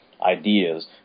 ideas